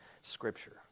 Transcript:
scripture